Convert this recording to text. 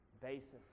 basis